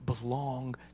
belong